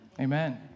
Amen